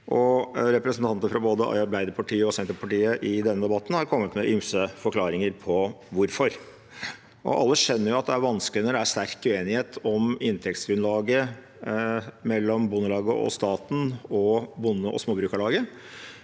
Representanter fra både Arbeiderpartiet og Senterpartiet har i denne debatten kommet med ymse forklaringer på hvorfor. Alle skjønner at det er vanskelig når det er sterk uenighet om inntektsgrunnlaget mellom Bondelaget og staten og Norsk Bonde- og Småbrukarlag,